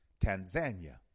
Tanzania